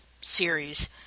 series